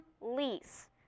lease